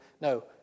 No